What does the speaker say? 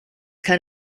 kind